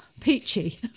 peachy